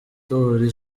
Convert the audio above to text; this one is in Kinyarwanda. ndoli